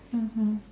mmhmm